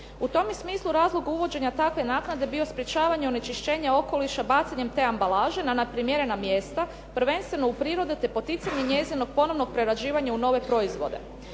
U tom je smislu razlog uvođenja takve naknade bio sprečavanje onečišćenja okoliša bacanjem te ambalaže na neprimjerena mjesta, prvenstveno u prirodu te poticanje njezinog ponovnog prerađivanja u nove proizvode.